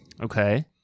Okay